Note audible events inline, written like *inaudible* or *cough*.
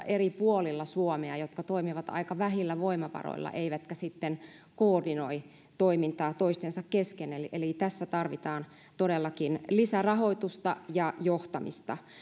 *unintelligible* eri puolilla suomea rokotetutkimusta ja ne toimivat aika vähillä voimavaroilla eivätkä sitten koordinoi toimintaa toistensa kesken eli eli tässä tarvitaan todellakin lisärahoitusta ja johtamista